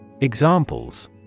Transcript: Examples